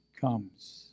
comes